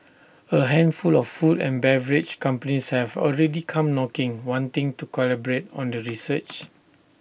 A handful of food and beverage companies have already come knocking wanting to collaborate on the research